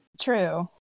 True